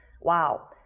Wow